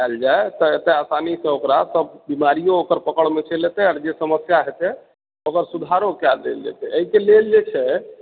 आयल जाइ तऽ एतऽ आसानी से ओकरा सब बिमारियो ओकर पकड़मे चलि अयतै आर जे समस्या हेतै ओकर सुधारो कऽ देल जेतै एहिके लेल जे छै